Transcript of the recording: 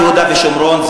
יהודה ושומרון,